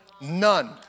None